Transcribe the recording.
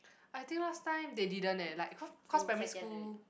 I think last time they didn't eh like cause cause primary school